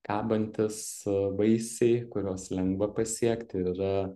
kabantys vaisiai kuriuos lengva pasiekti ir yra